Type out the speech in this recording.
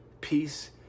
peace